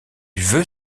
veut